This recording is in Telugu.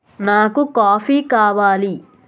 నాకు కాఫీ కావాలి